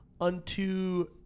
unto